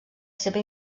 seva